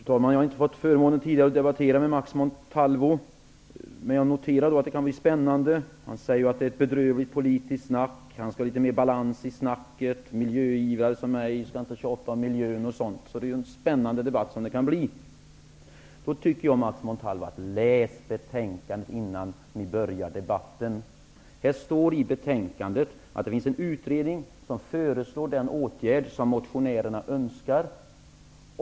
Fru talman! Jag har inte fått förmånen tidigare att debattera med Max Montalvo. Men jag noterar att det kan bli spännande. Han säger att det är ett bedrövligt politiskt snack. Man skall ha litet mer balans i snacket. Miljöivrare som jag skall inte tjata om miljön och sådant. Det kan bli en spännande debatt. Jag tycker, Max Montalvo, att ni skall läsa betänkandet innan ni börjar debatten. Det står i betänkandet att det finns en utredning som föreslår den åtgärd som motionärerna önskar.